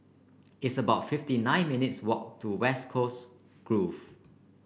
it's about fifty nine minutes walk to West Coast Grove